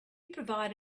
provide